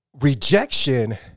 rejection